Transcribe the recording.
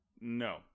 no